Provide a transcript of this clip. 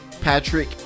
patrick